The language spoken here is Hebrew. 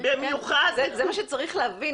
זה מה שצריך להבין.